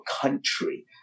country